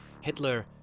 Hitler